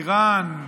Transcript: איראן,